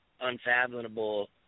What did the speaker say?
unfathomable